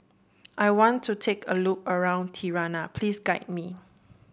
I want to take a look around Tirana please guide me